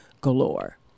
Galore